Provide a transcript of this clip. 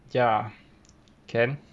ya can